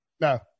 No